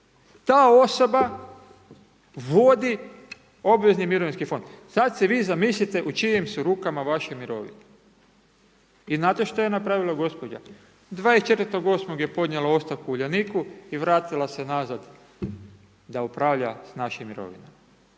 Ta osoba vodi obvezni mirovinski fond. Sada se vi zamislite u čijem su rukama vaše mirovine. I znate što je napravila gospođa? 24. 8. je podnijela ostavku u Uljaniku i vratila se nazad da upravlja s našim mirovinama.